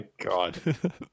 God